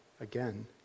again